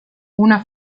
una